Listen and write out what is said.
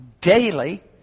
daily